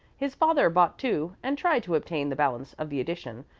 his father bought two, and tried to obtain the balance of the edition,